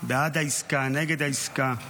בעד העסקה, נגד העסקה,